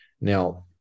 Now